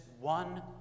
one